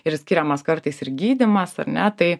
ir skiriamas kartais ir gydymas ar ne tai